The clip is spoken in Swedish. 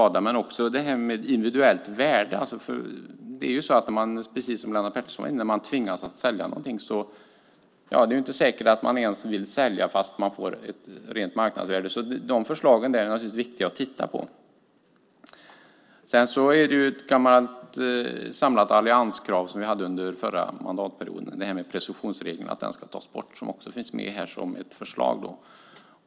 Men det handlar också om att få ersättning för ett individuellt värde. När man, precis som Lennart Pettersson var inne på, tvingas sälja något är det inte säkert att man vill sälja även om man får ersättning enligt ett rent marknadsvärde. Dessa förslag är därför viktiga att titta på. Under den förra mandatperioden hade alliansen ett samlat krav på att presumtionsregeln skulle tas bort. Detta finns också med här som ett förslag.